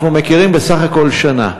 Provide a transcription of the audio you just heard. אנחנו מכירים בסך הכול שנה,